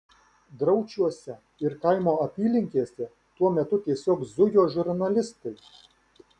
draučiuose ir kaimo apylinkėse tuo metu tiesiog zujo žurnalistai